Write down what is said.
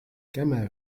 كما